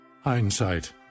Hindsight